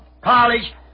college